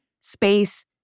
space